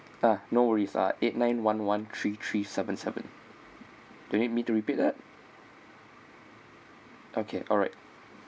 ah no worries uh eight nine one one three three seven seven do you need me to repeat that okay alright